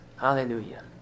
Hallelujah